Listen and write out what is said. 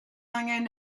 angen